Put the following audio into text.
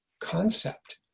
concept